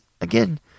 again